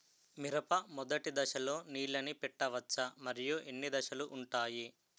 మిరప మొదటి దశలో నీళ్ళని పెట్టవచ్చా? మరియు ఎన్ని దశలు ఉంటాయి?